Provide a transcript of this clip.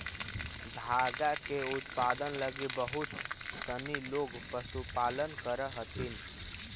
धागा के उत्पादन लगी बहुत सनी लोग पशुपालन करऽ हथिन